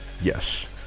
yes